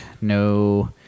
No